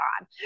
on